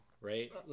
right